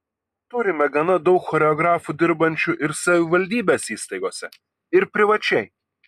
turime gana daug choreografų dirbančių ir savivaldybės įstaigose ir privačiai